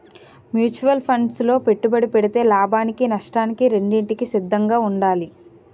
mutual funds లో పెట్టుబడి పెడితే లాభానికి నష్టానికి రెండింటికి సిద్ధంగా ఉండాలి